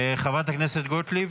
חברת הכנסת גוטליב,